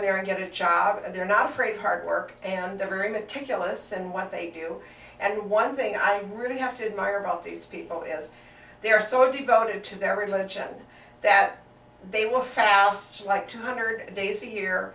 there and get jobs and they're not afraid of hard work and they're very meticulous and what they do and one thing i really have to admire about these people is they are so devoted to their religion that they will fast like two hundred days